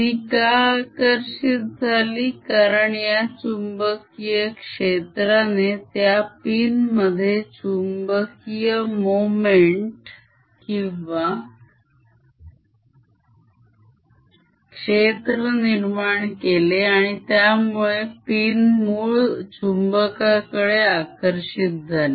ती का आकर्षित झाली कारण या चुंबकीय क्षेत्राने त्या पिन मध्ये चुंबकीय मोमेंट किंवा क्षेत्र निर्माण केले आणि त्यामुळे पिन मूळ चुंबकाकडे आकर्षित झाली